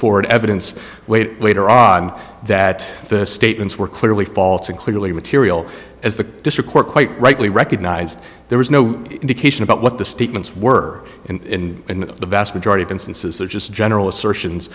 forward evidence weight later on that the statements were clearly false and clearly material as the district court quite rightly recognized there was no indication about what the statements were in the vast majority of instances they're just general assertions